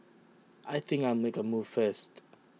I think I'll make A move first